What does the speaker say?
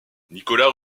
nicolas